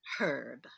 Herb